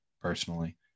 personally